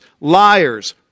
liars